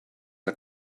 are